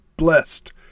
blessed